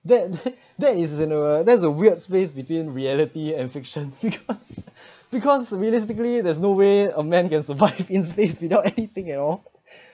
that that is is uh you know that's a weird space between reality and fiction because realistically there's no way a man can survive in space without anything at all